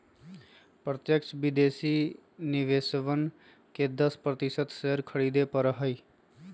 प्रत्यक्ष विदेशी निवेशकवन के दस प्रतिशत शेयर खरीदे पड़ा हई